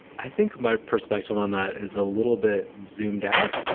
i think my perspective on that is a little bit zoomed out.